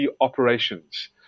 operations